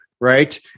right